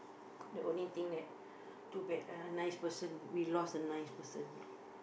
the only thing that too bad ah nice person we lost a nice person